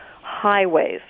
highways